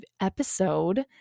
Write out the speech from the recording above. episode